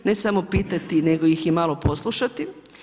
Ne samo pitati, nego ih i malo poslušati.